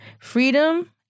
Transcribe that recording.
freedom